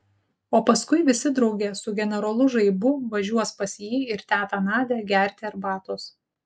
o paskui visi drauge su generolu žaibu važiuos pas jį ir tetą nadią gerti arbatos